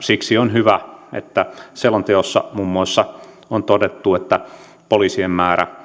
siksi on hyvä että selonteossa muun muassa on todettu että poliisien määrä